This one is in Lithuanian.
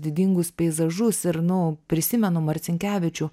didingus peizažus ir nu prisimenu marcinkevičių